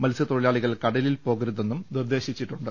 മത്സ്യത്തൊഴിലാളികൾ കടലിൽ പോകരുതെന്നും നിർദേ ശിച്ചിട്ടുണ്ട്